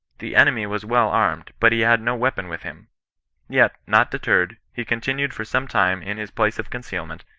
the enemy was well armed, but he had no weapon with him yet, not deterred, he continued for some time in his place of concealment,